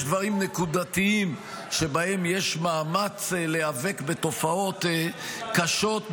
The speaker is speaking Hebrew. יש דברים נקודתיים שבהם יש מאמץ להיאבק בתופעות קשות,